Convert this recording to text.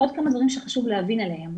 עוד כמה דברים שחשוב להבין עליהם.